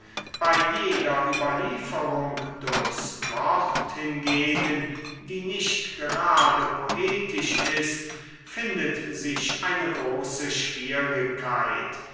bei jeder überlieferung durchs wort hingegen die nicht gerade poetisch ist findet sich eine große schwierigkeit